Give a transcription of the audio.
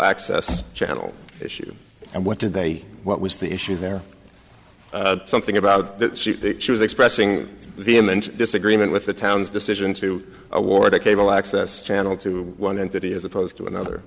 access channel issue and what did they what was the issue there something about that she was expressing vehement disagreement with the town's decision to award a cable access channel to one entity as opposed to another